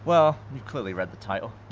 well, you've clearly read the title.